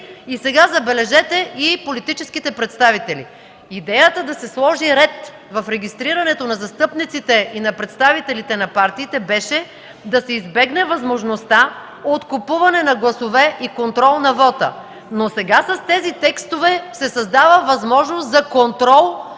и забележете – и политическите представители. Идеята да се сложи ред в регистрирането на застъпниците и на представителите на партиите беше да се избегне възможността от купуване на гласове и контрол на вота. Сега с тези текстове се създава възможност за контрол